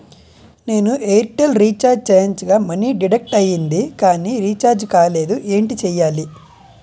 నేను Airtel recharge చేయించగా money deduct అయ్యింది కానీ రీఛార్జ్ కాలేదు ఏంటి చేయాలి?